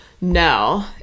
No